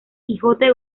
quijote